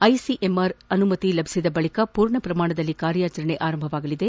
ICMR ಅನುಮತಿ ಲಭಿಸಿದ ಬಳಿಕ ಪೂರ್ಣ ಪ್ರಮಾಣದಲ್ಲಿ ಕಾರ್ಯಾಚರಣೆ ಆರಂಭಿಸಲಿದೆ